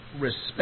respect